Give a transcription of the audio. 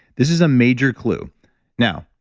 this is a major clue now,